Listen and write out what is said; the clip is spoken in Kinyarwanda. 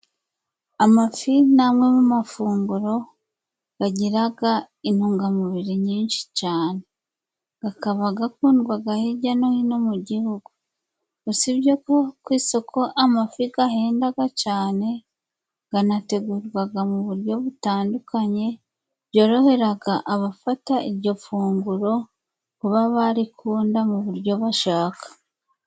Amafi ni amwe amafunguro agira intungamubiri nyinshi cyane, akaba akundwa hirya no hino mu gihugu. Usibye ko ku isoko amafi ahenda cyane anategurwa mu buryo butandukanye byorohera abafata iryo funguro kuba barikunda mu buryo bashaka.